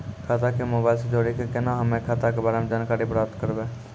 खाता के मोबाइल से जोड़ी के केना हम्मय खाता के बारे मे जानकारी प्राप्त करबे?